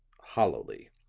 hollowly.